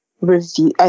Review